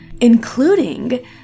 including